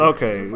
Okay